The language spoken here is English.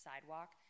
sidewalk